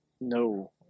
No